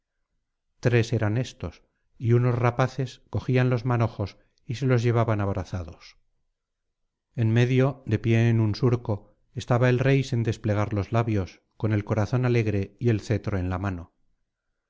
tres eran éstos y unos rapaces cogían los manojos y se los llevaban á brazados en medio de pie en un surco estaba el rey sin desplegar los labios con el corazón alegre y el cetro en la mano